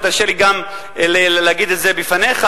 ותרשה לי גם להגיד את זה בפניך,